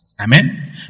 amen